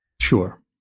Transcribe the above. Sure